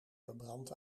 verbrand